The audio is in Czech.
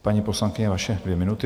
Paní poslankyně, vaše dvě minuty.